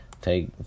take